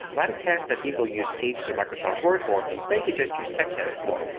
lot of tasks that people use pages or microsoft word for they could just use textedit for.